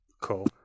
Cool